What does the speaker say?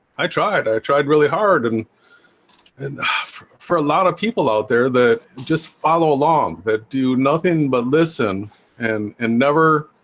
i tried i tried really hard and and for a lot of people out there that just follow along that do nothing but listen and and never